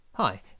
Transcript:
Hi